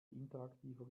interaktiver